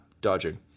dodging